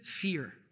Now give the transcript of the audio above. fear